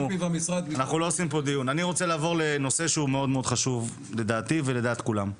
אני רוצה לעבור לנושא שהוא מאוד-מאוד חשוב לדעתי ולדעת כולם.